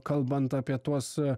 kalbant apie tuos